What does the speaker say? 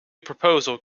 proposal